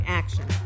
action